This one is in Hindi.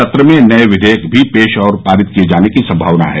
सत्र में नये विधेयक भी पेश और पारित किये जाने की संभावना है